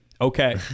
Okay